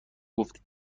گفتی